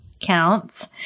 counts